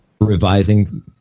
revising